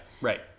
right